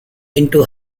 into